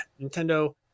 Nintendo